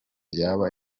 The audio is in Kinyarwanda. yaba